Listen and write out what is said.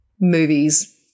movies